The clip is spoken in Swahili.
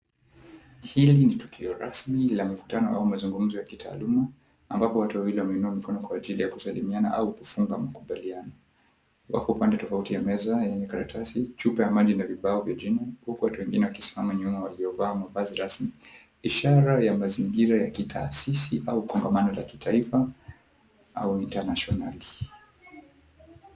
Hili ni tukio rasmi la mkutano au mazungumzo ya kitaaluma ambapo watu wawili wameinua mikono wakisalimiana au kufunga makubaliano wako pande tofauti ya meza yenye karatasi, chupa ya maji na vibao vya jina, huku watu wengine wakisimama nyuma waliovaa mavazi rasmi ishara ya mazingira ya kitaasisi au kongamano la kitaifa au internationally .